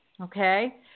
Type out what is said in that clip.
okay